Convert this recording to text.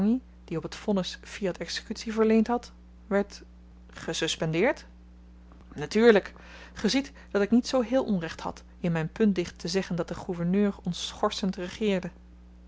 die op t vonnis fiat exekutie verleend had werd gesuspendeerd natuurlyk ge ziet dat ik niet zoo heel onrecht had in myn puntdicht te zeggen dat de gouverneur